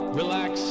relax